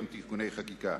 גם תיקוני חקיקה.